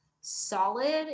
solid